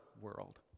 world